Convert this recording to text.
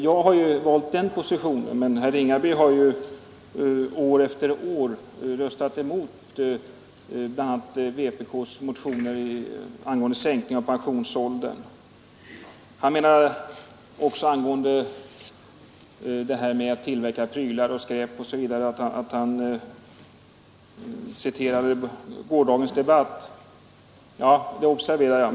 Jag har valt att ta ställning för dessa människor, men herr Ringaby har år efter år röstat emot bl.a. vpk:s motioner angående sänkning av pensionsåldern. Vad beträffar att tillverka prylar och skräp osv. sade herr Ringaby att han citerade gårdagens debatt. Ja, det observerade jag.